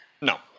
No